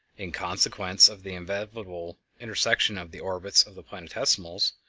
in consequence of the inevitable intersection of the orbits of the planetesimals,